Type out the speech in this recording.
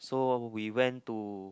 so we went to